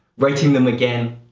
writing them again.